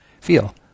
feel